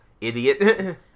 idiot